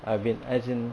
I've been as in